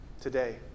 today